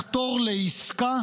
לחתור לעסקה